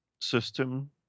system